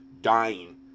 dying